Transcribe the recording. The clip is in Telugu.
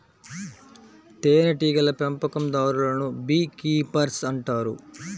తేనెటీగల పెంపకందారులను బీ కీపర్స్ అంటారు